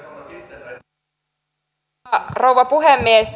arvoisa rouva puhemies